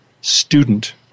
student